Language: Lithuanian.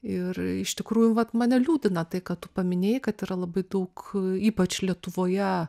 ir iš tikrųjų vat mane liūdina tai ką tu paminėjai kad yra labai daug ypač lietuvoje